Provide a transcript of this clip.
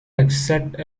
exert